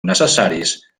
necessaris